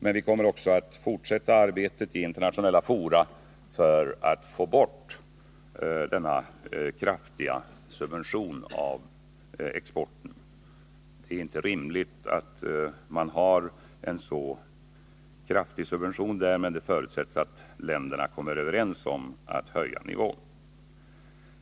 Men vi kommer också att fortsätta arbetet i internationella fora för att få bort denna kraftiga subvention av exporten. Det är inte rimligt att man har en så kraftig subvention på exportkrediter, men en förutsättning för förändring är att länderna kommer överens om att höja räntenivån.